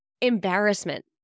embarrassment